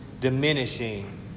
diminishing